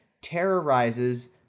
terrorizes